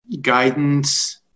guidance